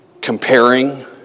comparing